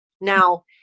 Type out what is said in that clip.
Now